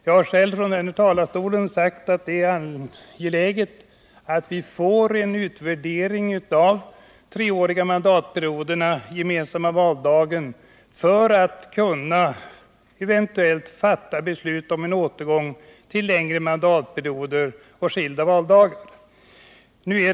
Jag har själv sagt från kammarens talarstol att det är angeläget att vi får en utvärdering av de treåriga mandatperioderna och den gemensamma valdagen för att vi skall kunna eventuellt fatta beslut om en återgång till längre mandatperioder och skilda valdagar.